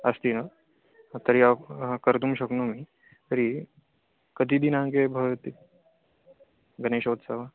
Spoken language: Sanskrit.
अस्ति हा तर्हि कर्तुं शक्नोमि तर्हि कति दिनाङ्के भवति गणेशोत्सवः